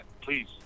Please